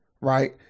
Right